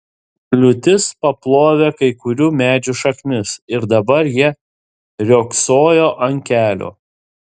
liūtis paplovė kai kurių medžių šaknis ir dabar jie riogsojo ant kelio